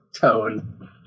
tone